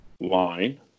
line